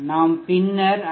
நாம் பின்னர் ஐ